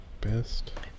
Best